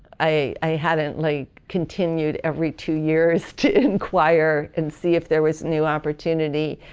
i hadn't like continued every two years to inquire and see if there was new opportunity